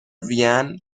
وین